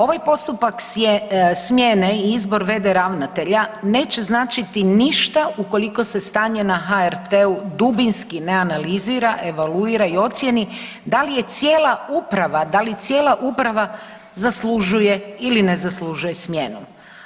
Ovaj postupak smjene i izbor v.d. ravnatelja neće značiti ništa ukoliko se stanje na HRT-u dubinski ne analizira, evaluira i ocijeni da li je cijela uprava, da li cijela uprava zaslužuje ili ne zaslužuje smjenu.